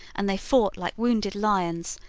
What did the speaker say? and they fought like wounded lions,